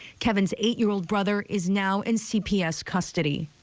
kevin's eight year-old brother is now in cps custody.